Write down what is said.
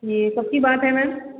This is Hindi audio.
ये कब की बात है मैम